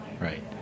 Right